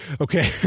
Okay